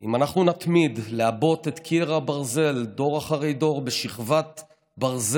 אם אנחנו נתמיד לעבות את קיר הברזל דור אחרי דור בשכבת ברזל,